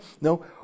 no